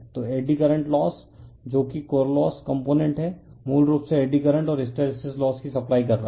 तो eddy current loss जो कि कोर लॉस कंपोनेंट है मूल रूप से एडी करंट और हिस्टैरिसीस लॉस की सप्लाई कर रहा है